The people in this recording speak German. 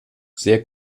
sehr